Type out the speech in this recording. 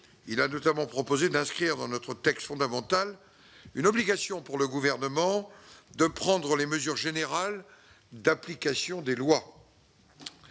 Il a notamment proposé d'inscrire dans notre texte fondamental une obligation pour le Gouvernement de prendre les mesures générales d'application des lois.